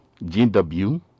GW